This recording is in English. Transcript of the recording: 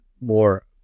more